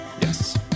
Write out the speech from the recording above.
Yes